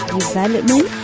development